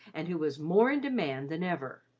and who was more in demand than ever.